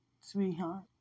sweetheart